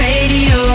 Radio